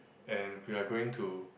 and we're going to